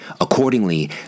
Accordingly